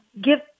Give